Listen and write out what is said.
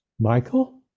Michael